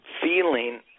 feeling